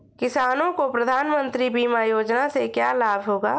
किसानों को प्रधानमंत्री बीमा योजना से क्या लाभ होगा?